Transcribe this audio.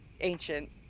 ancient